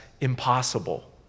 impossible